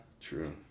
True